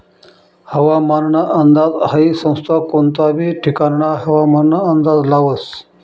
हवामानना अंदाज हाई संस्था कोनता बी ठिकानना हवामानना अंदाज लावस